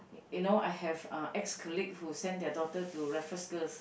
you know I have <(uh) ex colleague who send their daughter to Raffles Girls